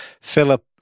Philip